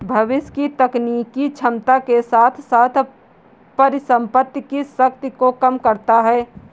भविष्य की तकनीकी क्षमता के साथ साथ परिसंपत्ति की शक्ति को कम करता है